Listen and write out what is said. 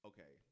Okay